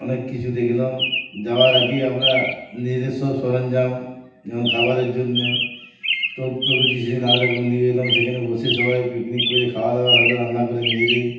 অনেক কিছু দেখলাম যাওয়ার আগে আমরা নিজেদের সব সরঞ্জাম যেমন খাবারের জন্যে স্টোভ টোভ প্রভৃতি জিনিস নানারকম নিয়ে গেলাম সেখানে বসে সবাই পিকনিক করে খাওয়া দাওয়া হলো রান্না করে নিজেদেই